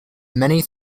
many